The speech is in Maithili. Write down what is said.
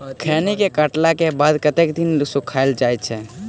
खैनी केँ काटला केँ बाद कतेक दिन सुखाइल जाय छैय?